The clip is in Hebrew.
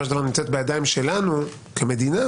של דבר נמצאת בידיים שלנו כמדינה,